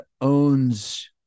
owns